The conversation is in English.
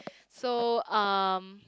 so um